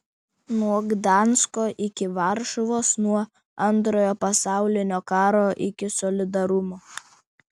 nuo gdansko iki varšuvos nuo antrojo pasaulinio karo iki solidarumo